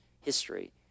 history